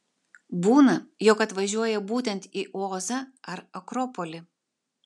būna jog atvažiuoja būtent į ozą ar akropolį